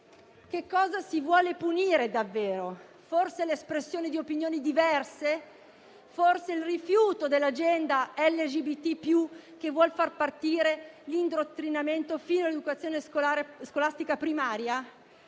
Che cosa si vuole punire davvero? Forse l'espressione di opinioni diverse? Forse il rifiuto dell'agenda LGBT+ che vuol far partire l'indottrinamento fin dall'educazione scolastica primaria?